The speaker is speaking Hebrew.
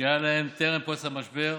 שהיה להם טרם פרוץ המשבר,